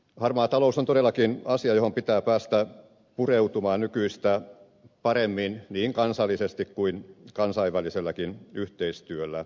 harmaa talous on todellakin asia johon pitää päästä pureutumaan nykyistä paremmin niin kansallisesti kuin kansainväliselläkin yhteistyöllä